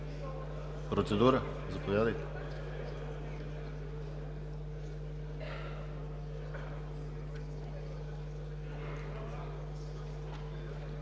Процедура? Заповядайте.